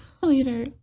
later